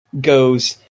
goes